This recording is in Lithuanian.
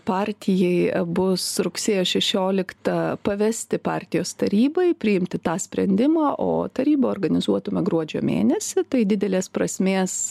partijai bus rugsėjo šešioliktą pavesti partijos tarybai priimti tą sprendimą o tarybą organizuotume gruodžio mėnesį tai didelės prasmės